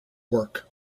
work